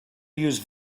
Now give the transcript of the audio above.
use